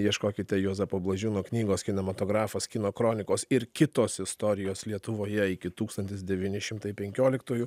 ieškokite juozapo blažiūno knygos kinematografas kino kronikos ir kitos istorijos lietuvoje iki tūkstantis devyni šimtai penkioliktųjų